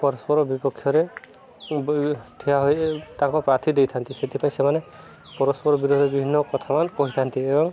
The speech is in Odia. ପରସ୍ପର ବିପକ୍ଷରେ ଠିଆ ହୋଇ ତାଙ୍କ ପ୍ରାର୍ଥୀ ଦେଇଥାନ୍ତି ସେଥିପାଇଁ ସେମାନେ ପରସ୍ପର ବିରୋଧରେ ବିଭିନ୍ନ କଥାମାନ କହିଥାନ୍ତି ଏବଂ